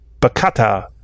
Bacata